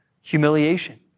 humiliation